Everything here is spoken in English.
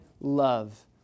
love